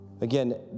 Again